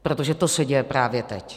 Protože to se děje právě teď.